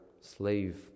slave